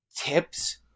tips